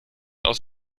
aus